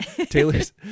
Taylor's